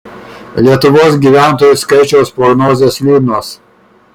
lietuvos gyventojų skaičiaus prognozės liūdnos